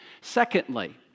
Secondly